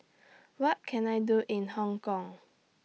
What Can I Do in Hong Kong